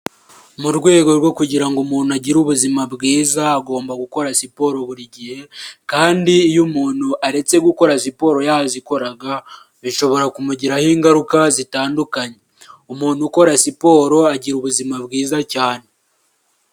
Mu rwego rwo kugira ngo umuntu agire ubuzima bwiza agomba gukora siporo buri gihe kandi iyo umuntu aretse gukora siporo yazikoraga bishobora kumugiraho ingaruka zitandukanye, umuntu ukora siporo agira ubuzima bwiza cyane.